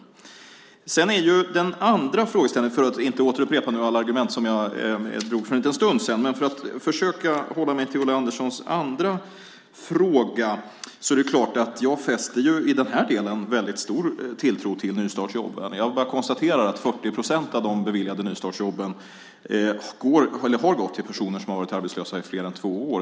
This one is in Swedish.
För att försöka hålla mig till Ulla Anderssons andra fråga och inte upprepa alla de argument som jag drog för en liten stund sedan vill jag säga att jag i den här delen naturligtvis fäster stor tilltro till nystartsjobben. Jag konstaterar att 40 procent av de beviljade nystartsjobben gått till personer som varit arbetslösa i mer än två år.